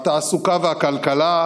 התעסוקה והכלכלה,